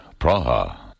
Praha